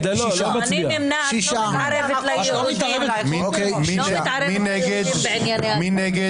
אני נמנעת, לא מתערבת ליהודים בענייני הכותל.